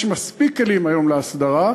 יש מספיק כלים היום להסדרה,